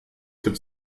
gibt